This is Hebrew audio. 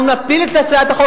אני אגיד לך,